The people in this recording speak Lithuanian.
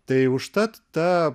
tai užtat ta